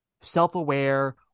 self-aware